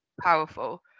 powerful